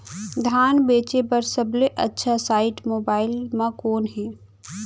धान बेचे बर सबले अच्छा साइट मोबाइल म कोन हे?